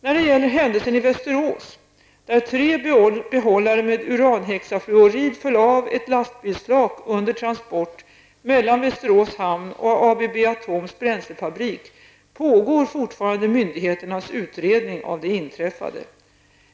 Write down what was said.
När det gäller händelsen i Västerås, där tre behållare med uranhexafluorid föll av ett lastbilsflak under transport mellan Västerås hamn och ABB Atoms bränslefabrik, pågår fortfarande myndigheternas utredning av det inträffade.